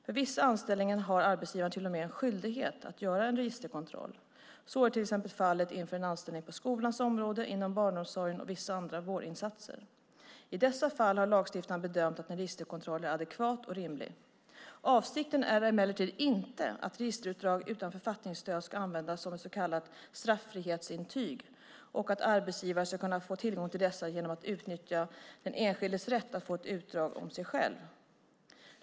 För vissa anställningar har arbetsgivaren till och med en skyldighet att göra en registerkontroll. Så är till exempel fallet inför anställning på skolans område, inom barnomsorgen och för vissa andra vårdinsatser. I dessa fall har lagstiftaren bedömt att en registerkontroll är adekvat och rimlig. Avsikten är emellertid inte att registerutdrag utan författningsstöd ska användas som så kallat straffrihetsintyg och att arbetsgivare ska kunna få tillgång till dessa genom att utnyttja den enskildes rätt att få ett utdrag om sig själv.